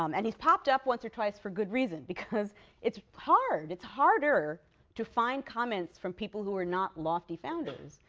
um and he's popped up once or twice for good reason, because it's hard it's harder to find comments from people who are not lofty founders.